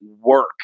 work